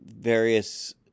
various